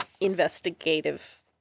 investigative